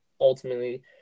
ultimately